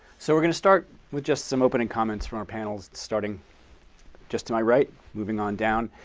so we're going to start with just some opening comments from our panelists starting just to my right, moving on down.